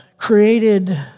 created